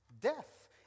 Death